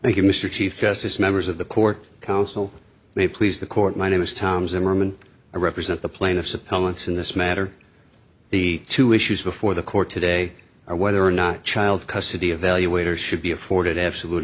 you mr chief justice members of the court counsel me please the court my name is tom zimmerman i represent the plaintiffs appellants in this matter the two issues before the court today or whether or not child custody evaluator should be afforded absolute